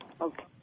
Okay